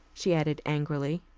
she added angrily.